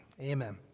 Amen